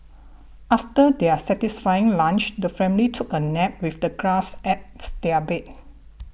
after their satisfying lunch the family took a nap with the grass as their bed